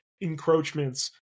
encroachments